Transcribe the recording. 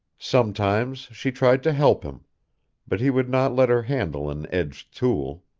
sometimes she tried to help him but he would not let her handle an edged tool.